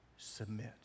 Submit